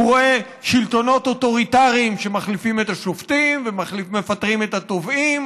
הוא רואה שלטונות אוטוריטריים שמחליפים את השופטים ומפטרים את התובעים,